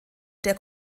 der